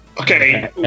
Okay